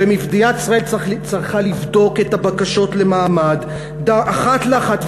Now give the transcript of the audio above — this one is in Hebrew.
מדינת ישראל צריכה לבדוק את הבקשות למעמד אחת לאחת,